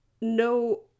no